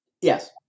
Yes